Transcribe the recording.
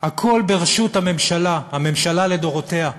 הכול ברשות הממשלה, הממשלות לדורותיהן,